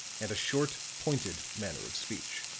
and a short, pointed manner of speech.